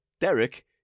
Derek